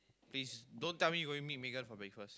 please don't tell me you're going to meet Megan for breakfast